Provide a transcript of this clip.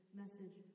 message